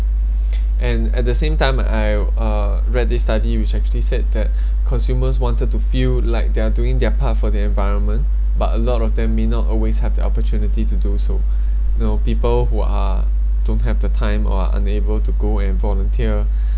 and at the same time I uh read this study which actually said that consumers wanted to feel like they're doing their part for the environment but a lot of them may not always have the opportunity to do so no people who are don't have the time or are unable to go and volunteer